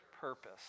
purpose